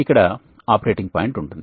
ఇక్కడ operating point ఉంటుంది